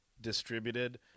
distributed